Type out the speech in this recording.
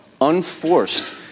unforced